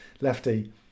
lefty